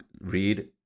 read